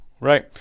Right